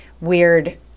weird